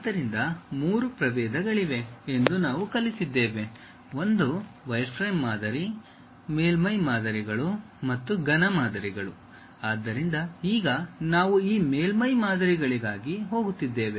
ಆದ್ದರಿಂದ ಮೂರು ಪ್ರಭೇದಗಳಿವೆ ಎಂದು ನಾವು ಕಲಿತಿದ್ದೇವೆ ಒಂದು ವೈರ್ಫ್ರೇಮ್ ಮಾದರಿ ಮೇಲ್ಮೈ ಮಾದರಿಗಳು ಮತ್ತು ಘನ ಮಾದರಿಗಳು ಆದ್ದರಿಂದ ಈಗ ನಾವು ಈ ಮೇಲ್ಮೈ ಮಾದರಿಗಳಿಗಾಗಿ ಹೋಗುತ್ತಿದ್ದೇವೆ